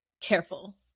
careful